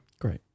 Great